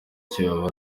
kiyovu